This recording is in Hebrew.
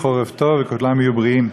חורף טוב וכולם יהיו בריאים.